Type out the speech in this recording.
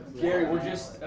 gary, we're just